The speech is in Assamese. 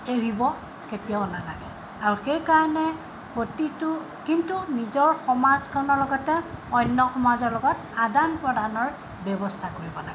এৰিব কেতিয়াও নালাগে আৰু সেইকাৰণে প্ৰতিটো কিন্তু নিজৰ সমাজখনৰ লগতে অন্য সমাজৰ লগত আদান প্ৰদানৰ ব্যৱস্থা কৰিব লাগে